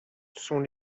sont